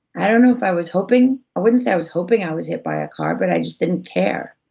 i don't know if i was hoping, i wouldn't say i was hoping i was hit by a car, but i just didn't care.